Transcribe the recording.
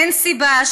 אין סיבה,